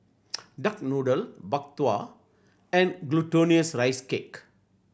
duck noodle Bak Kwa and Glutinous Rice Cake